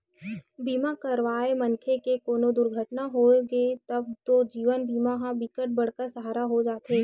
बीमा करवाए मनखे के कोनो दुरघटना होगे तब तो जीवन बीमा ह बिकट बड़का सहारा हो जाते